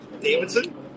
Davidson